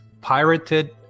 pirated